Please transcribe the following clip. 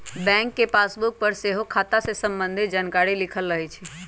bank के passbook पर सेहो खता से संबंधित जानकारी लिखल रहै छइ